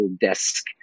desk